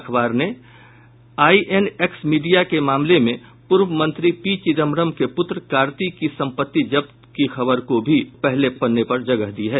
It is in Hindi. अखबार ने आईएनएक्स मीडिया मामले में पूर्व मंत्री पी चितंबरम के पुत्र कार्ति की संपत्ति जब्त की खबर को भी पहले पन्ने पर जगह दी है